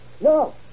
No